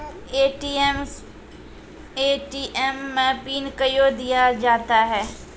ATM मे pin कयो दिया जाता हैं?